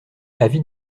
avis